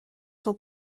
sont